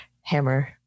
hammer